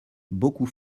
beaucoup